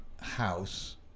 House